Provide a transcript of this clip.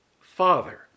Father